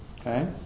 Okay